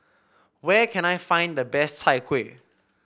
where can I find the best Chai Kuih